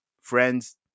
friends